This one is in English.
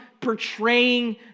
portraying